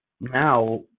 now